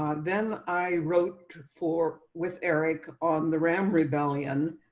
um then i wrote for with eric on the ram rebellion.